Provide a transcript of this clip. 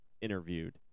interviewed